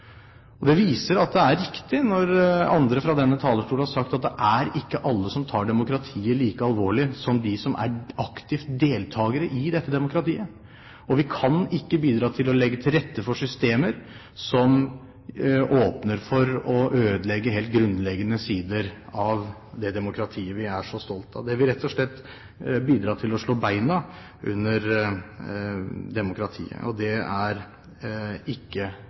Det viser at det er riktig når andre fra denne talerstolen har sagt at det er ikke alle som tar demokratiet like alvorlig som de som er aktivt deltagere i dette demokratiet. Vi kan ikke bidra til å legge til rette for systemer som åpner for å ødelegge helt grunnleggende sider av det demokratiet vi er så stolte av. Det vil rett og slett bidra til å slå beina under demokratiet, og det er ikke